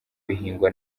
bihingwa